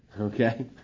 Okay